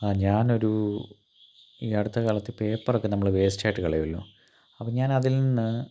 ആ ഞാൻ ഒരു ഈ അടുത്ത കാലത്ത് പേപ്പറൊക്കെ നമ്മള് വേസ്റ്റായിട്ട് കളയുമല്ലൊ അപ്പം ഞാനതിൽ നിന്ന്